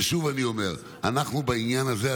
שוב אני אומר: אנחנו בעניין הזה,